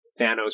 Thanos